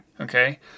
Okay